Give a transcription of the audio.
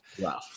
Wow